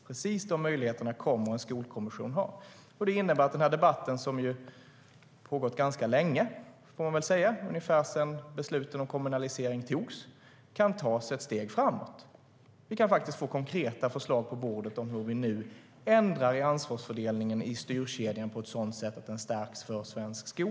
Precis de möjligheterna kommer en skolkommission att ha. Det innebär att den här debatten som har pågått ganska länge, ungefär sedan besluten om kommunalisering togs, kan tas ett steg framåt. Vi kan få konkreta förslag på bordet om hur vi nu ändrar i ansvarsfördelningen i styrkedjan på ett sådant sätt att den stärks för svensk skola.